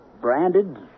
branded